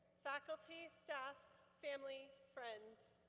faculty, staff, family, friends.